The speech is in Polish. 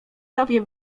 tobie